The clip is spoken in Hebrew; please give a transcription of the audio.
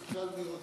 תשאל מי רוצה